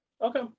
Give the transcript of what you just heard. Okay